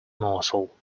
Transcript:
morsel